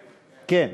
כן.